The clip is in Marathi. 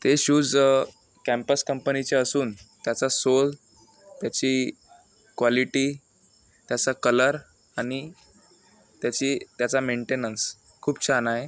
ते शूज कँपस कंपनीचे असून त्याचा सोल त्याची क्वाॅलिटी त्याचा कलर आणि त्याची त्याचा मेंटेनन्स खूप छान आहे